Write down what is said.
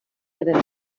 ere